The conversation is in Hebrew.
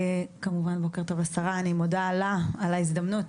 כמובן בוקר טוב לשרה, אני מודה לה על ההזדמנות